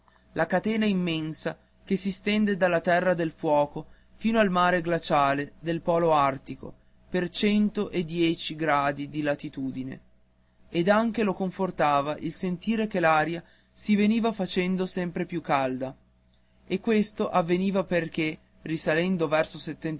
la catena immensa che si stende dalla terra del fuoco fino al mare glaciale del polo artico per cento e dieci gradi di latitudine ed anche lo confortava il sentire che l'aria si veniva facendo sempre più calda e questo avveniva perché risalendo verso